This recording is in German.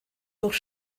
durch